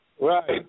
Right